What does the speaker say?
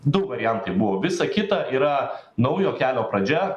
du variantai buvo visa kita yra naujo kelio pradžia